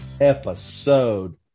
Episode